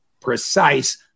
precise